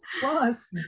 Plus